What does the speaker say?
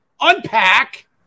unpack